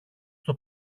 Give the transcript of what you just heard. στο